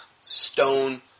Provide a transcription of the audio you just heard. stone